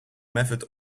method